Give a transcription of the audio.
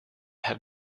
have